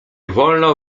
wolno